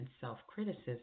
self-criticism